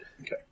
Okay